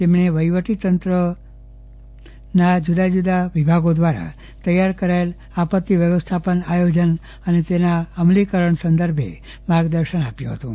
તેમણે વફીવટી તંત્રના જુદા જુદા વિભાગો દ્વારા તૈયાર કરાયેલ આપત્તિ વ્યવસ્થાપન આયોજન અને તેના અમલીકરણ સંદર્ભે માર્ગદર્શન આપ્યું હતું